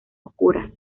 oscuras